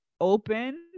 open